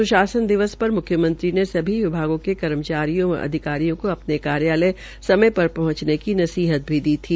स्शासन दिवस पर म्ख्यमंत्री ने सभी विभागों के कर्मचारियों व अधिकारियों को अपने कार्यालय समय पर पहुंचने की नसीहत भी दी थी